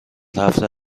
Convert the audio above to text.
هفته